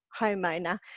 homeowner